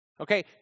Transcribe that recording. okay